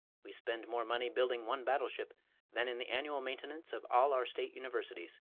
we spend more money building one battleship than in the annual maintenance of all our state universities.